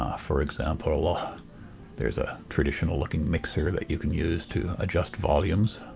um for example ah there is a traditional looking mixer that you can use to adjust volumes